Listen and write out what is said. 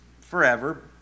forever